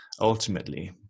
ultimately